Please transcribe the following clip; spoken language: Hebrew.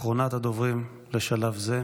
אחרונת הדוברים בשלב זה,